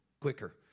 quicker